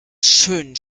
schönen